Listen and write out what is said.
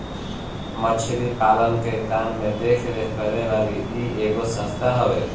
मछरी पालन के काम के देख रेख करे वाली इ एगो संस्था हवे